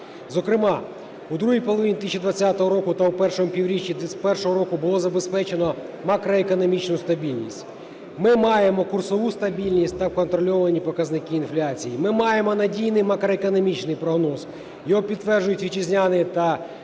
Зокрема, у другій половині 2020 року та у першому півріччі 2021 року було забезпечено макроекономічну стабільність. Ми маємо курсову стабільність та контрольовані показники інфляції, ми маємо надійний макроекономічний прогноз, його підтверджують вітчизняні та зарубіжні